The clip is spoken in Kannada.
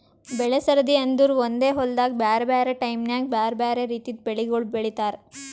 ಬೆಳೆ ಸರದಿ ಅಂದುರ್ ಒಂದೆ ಹೊಲ್ದಾಗ್ ಬ್ಯಾರೆ ಬ್ಯಾರೆ ಟೈಮ್ ನ್ಯಾಗ್ ಬ್ಯಾರೆ ಬ್ಯಾರೆ ರಿತಿದು ಬೆಳಿಗೊಳ್ ಬೆಳೀತಾರ್